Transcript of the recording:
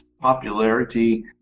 popularity